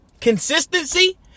Consistency